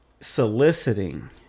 soliciting